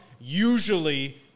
usually